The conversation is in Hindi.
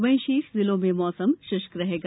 वहीं शेष जिलों में मौस शुष्क रहेगा